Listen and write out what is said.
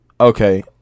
okay